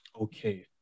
okay